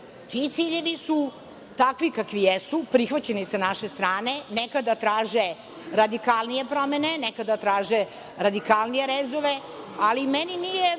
Ti ciljevi su takvi kakvi jesu, prihvaćeni sa naše strane, nekada traže radikalnije promene, nekada traže radikalnije rezove. Mene je